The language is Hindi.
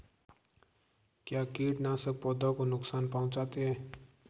क्या कीटनाशक पौधों को नुकसान पहुँचाते हैं?